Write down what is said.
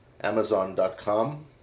Amazon.com